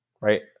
right